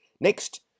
Next